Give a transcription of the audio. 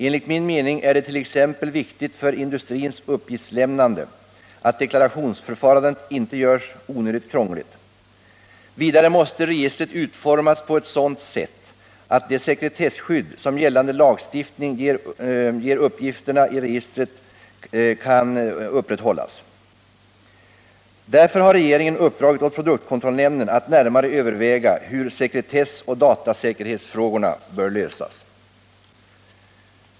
Enligt min mening är det t.ex. viktigt för industrins uppgiftslämnande att deklarationsförfarandet inte görs onödigt krångligt. Vidare måste registret utformas på ett sådant sätt att det sekretesskydd, som gällande lagstiftning ger uppgifter i registret, kan upprätthållas. Därför har regeringen uppdragit åt produktkontrollnämnden att närmare överväga hur sekretessoch datasäkerhetsfrågorna bör lösas.